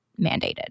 mandated